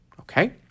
okay